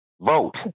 vote